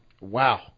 Wow